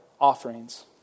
offerings